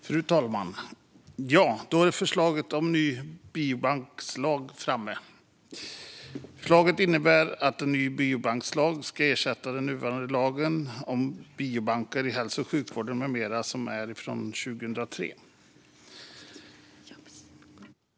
Fru talman! Förslaget om en ny biobankslag är nu framme för debatt. Förslaget innebär att en ny biobankslag ska ersätta den nuvarande lagen om biobanker i hälso och sjukvården med mera från 2003.